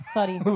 Sorry